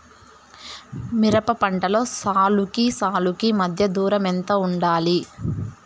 మిరప పంటలో సాలుకి సాలుకీ మధ్య దూరం ఎంత వుండాలి?